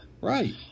Right